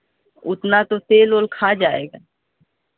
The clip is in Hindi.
उतना तो तेल ओल खा जाएगा